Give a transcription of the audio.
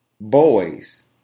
boys